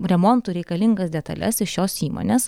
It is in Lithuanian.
remontui reikalingas detales iš šios įmonės